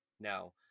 now